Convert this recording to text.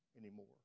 anymore